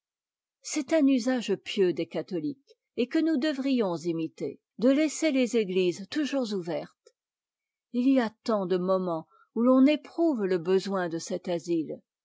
c'est un usage pieux des catholiques et que nous devrions imiter de laisser les églises toujours ouvertes il y a tant de moments où l'on éprouve le besoin de cet asile